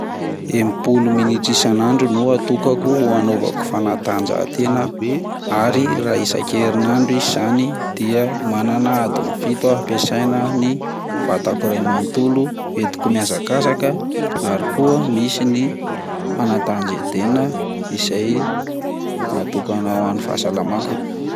Enipolo minitra isan'andro no antokako hanavako fanatanjahantena ary raha isan-kerinandro izy zany de manana andin'ny fito ah ampiasaina ny vatako iray manotolo ho entiko mihazakazaka ary koa misy ny fanatanjahantena izay natokana ho any fahasalamako.